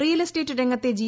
real estate രംഗത്തെ G